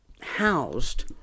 housed